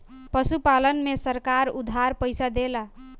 पशुपालन में सरकार उधार पइसा देला?